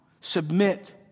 submit